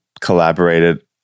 collaborated